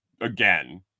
again